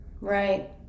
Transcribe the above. Right